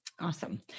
Awesome